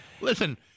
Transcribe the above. Listen